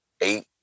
eight